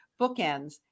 bookends